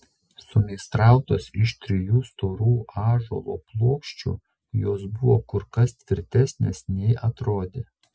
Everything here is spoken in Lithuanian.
sumeistrautos iš trijų storų ąžuolo plokščių jos buvo kur kas tvirtesnės nei atrodė